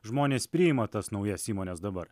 žmonės priima tas naujas įmones dabar